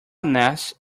nest